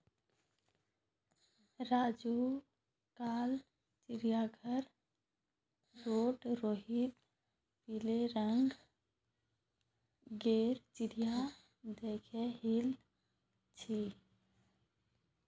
राजू कल चिड़ियाघर रोड रोहित पिली रंग गेर चिरया देख याईल छे